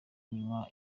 nywa